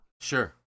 Sure